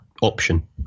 option